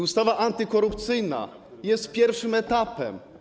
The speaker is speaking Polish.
Ustawa antykorupcyjna jest pierwszym etapem.